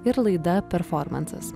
ir laida performansas